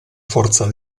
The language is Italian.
forza